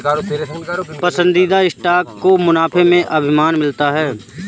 पसंदीदा स्टॉक को मुनाफे में अधिमान मिलता है